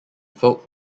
folk